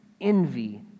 envy